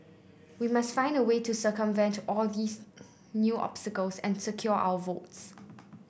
we must find a way to circumvent all these new obstacles and secure our votes